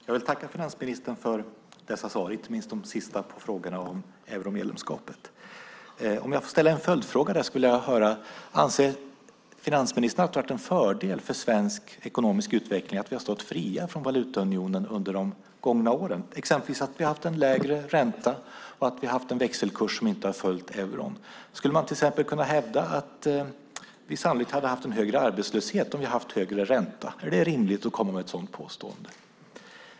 Fru talman! Jag vill tacka finansministern för dessa svar, inte minst de sista på frågorna om euromedlemskapet. Om jag får ställa en följdfråga skulle jag vilja höra: Anser finansministern att det har varit en fördel för svensk ekonomisk utveckling att vi har stått fria från valutaunionen under de gångna åren, att vi exempelvis har haft en lägre ränta och en växelkurs som inte har följt euron? Skulle man till exempel kunna hävda att vi sannolikt hade haft en högre arbetslöshet om vi hade haft högre ränta? Är det rimligt att komma med ett sådant påstående?